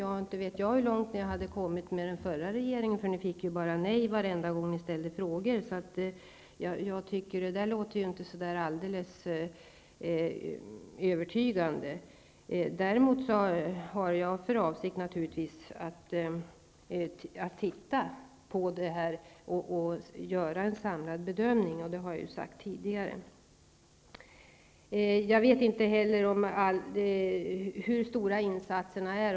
Ja, inte vet jag hur långt ni kom i diskussionerna med den förra regeringen. Det blev ju nej varenda gång ni ställde frågor. Mot den bakgrunden tycker jag inte att Kaj Larssons uttalande på den punkten är helt övertygande. Naturligvis har jag, som jag tidigare har sagt, för avsikt att studera förhållandena och att göra en samlad bedömning. Storleken på insatserna känner jag inte till.